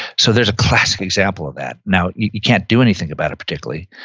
so, there's a classic example of that now, you can't do anything about it particularly,